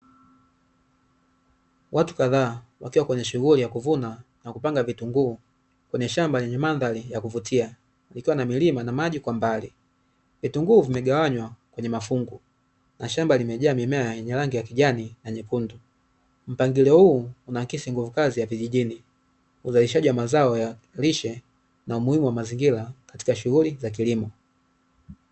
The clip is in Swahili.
Watu kadhaa wakiwa kwenye shughuli ya kuvuna na kupanga vitunguu kwenye shamba lenye mandhari ya kuvutia likiwa na milima na maji kwa mbali. Vitunguu vimegawanywa kwenye mafungu na shamba limejaa mimea yenye rangi ya kijani na nyekundu, mpangilio huu unahakisi nguvu kazi ya vijijini uzalishaji wa mazao ya lishe na umuhimu wa mazingira katika shughuli za kilimo.